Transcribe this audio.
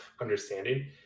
understanding